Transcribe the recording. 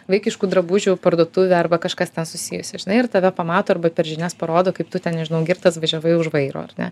vaikiškų drabužių parduotuvę arba kažkas ten susijusį žinai ir tave pamato arba per žinias parodo kaip tu ten nežinau girtas važiavai už vairo ar ne